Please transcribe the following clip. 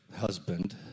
husband